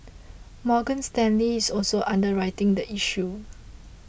Morgan Stanley is also underwriting the issue